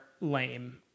lame